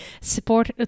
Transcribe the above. support